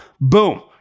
Boom